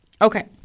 Okay